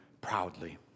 proudly